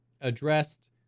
addressed